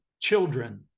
children